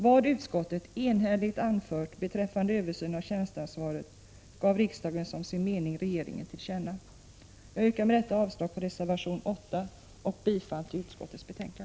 Vad utskottet — enhälligt — anfört beträffande en översyn av tjänsteansvaret gav riksdagen som sin mening regeringen till känna. Jag yrkar med detta avslag på reservation 8 och bifall till utskottets hemställan.